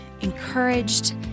encouraged